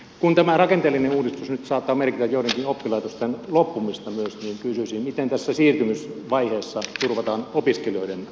kun tämä rakenteellinen uudistus nyt saattaa merkitä joidenkin oppilaitosten loppumista myös niin kysyisin miten tässä siirtymisvaiheessa turvataan opiskelijoiden oikeusturvan toteutuminen